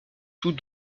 tous